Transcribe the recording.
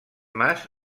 mas